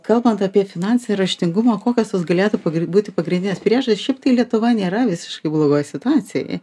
kalbant apie finansį raštingumą kokios tos galėtų būti pagrindinės priežas šiaip tai lietuva nėra visiškai blogoj situacijoj